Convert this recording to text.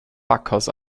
backhaus